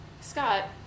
Scott